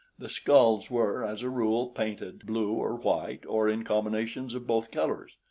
the skulls were, as a rule, painted blue or white, or in combinations of both colors.